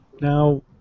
Now